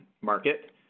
market